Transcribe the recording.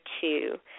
Two